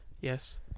Yes